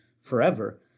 forever